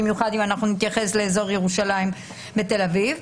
במיוחד בהתייחס לאזור ירושלים ותל אביב.